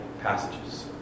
passages